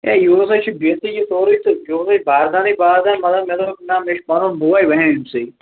ہے یہُس ہے چھُ بِہتھٕے یہِ سورُے تہٕ میٛونُے باسان ہے باسان مگر مےٚ دوٚپ مےٚ چھُ پنُن بوے بہٕ ہٮ۪مہٕ أمۍ سٕے